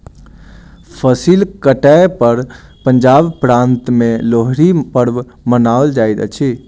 फसिल कटै पर पंजाब प्रान्त में लोहड़ी पर्व मनाओल जाइत अछि